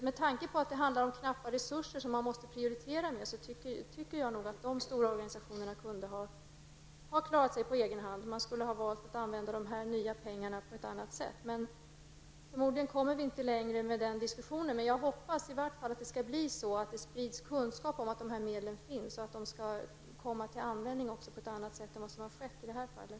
Med tanke på att det handlar om knappa resurser och att man måste göra prioriteringar tycker jag att dessa stora organisationer kunde ha klarat sig på egen hand och att man borde ha valt att använda dessa nya pengar på ett annat sätt. Förmodligen kommer vi inte längre med den här diskussionen, men jag hoppas i varje fall att det skall spridas kunskap om att dessa medel finns och även att de skall komma till användning på ett annat sätt än vad som har skett i det här fallet.